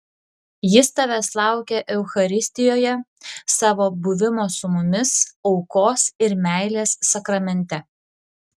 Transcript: jis tavęs laukia eucharistijoje savo buvimo su mumis aukos ir meilės sakramente